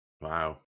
Wow